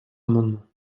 amendement